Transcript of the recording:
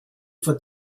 for